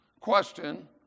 Question